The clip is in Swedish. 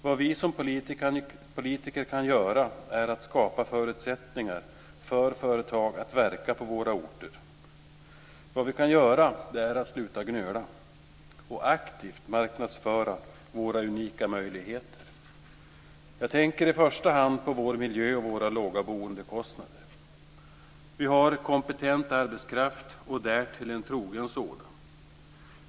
Vad vi som politiker kan göra är att skapa förutsättningar för företag att verka på våra orter - sluta gnöla och aktivt marknadsföra våra unika möjligheter. Jag tänker i första hand på vår miljö och våra låga boendekostnader. Vi har kompetent arbetskraft och därtill en trogen sådan.